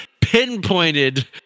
pinpointed